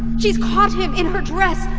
she's caught him in her dress,